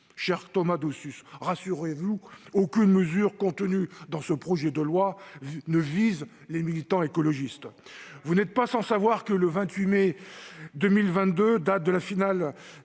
Cher Thomas Dossus, rassurez-vous : aucune mesure contenue dans ce projet de loi ne vise les militants écologistes ! Vous n'êtes pas sans savoir que, le 28 mai 2022, date de la finale